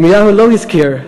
ירמיהו לא הזכיר,